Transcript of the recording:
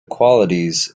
qualities